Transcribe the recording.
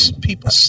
people